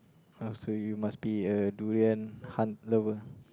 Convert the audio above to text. oh so you must be a durian hunt lover